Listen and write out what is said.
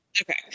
Okay